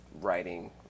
writing